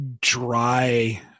dry